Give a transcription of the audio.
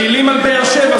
טילים על באר-שבע,